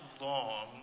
long